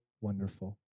wonderful